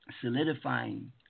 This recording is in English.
solidifying